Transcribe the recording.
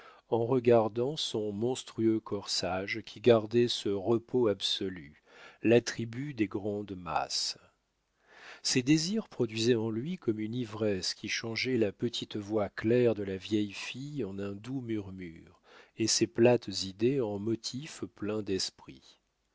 en regardant son monstrueux corsage qui gardait ce repos absolu l'attribut des grandes masses ses désirs produisaient en lui comme une ivresse qui changeait la petite voix claire de la vieille fille en un doux murmure et ses plates idées en motifs pleins d'esprit